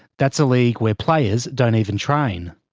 that's a league where players don't even train.